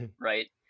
Right